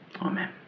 Amen